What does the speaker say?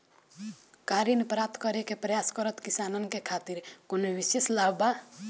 का ऋण प्राप्त करे के प्रयास करत किसानन के खातिर कोनो विशेष लाभ बा